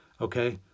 okay